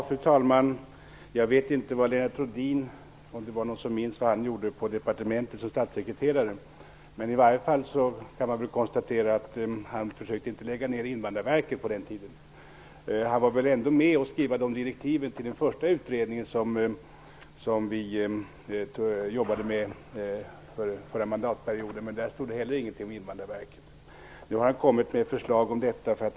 Fru talman! Jag vet inte om det är någon som minns vad Lennart Rohdin gjorde som statssekreterare på departementet. I varje fall kan man konstatera att han inte försökte lägga ner Invandrarverket på den tiden. Han var väl ändå med och skrev direktiven till den första utredningen, som vi jobbade med förra mandatperioden. Men där stod heller ingenting om Nu har han kommit med förslag om detta.